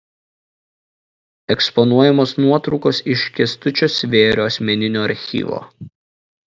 eksponuojamos nuotraukos iš kęstučio svėrio asmeninio archyvo